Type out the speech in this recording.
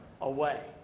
away